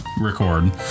record